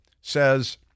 says